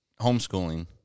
homeschooling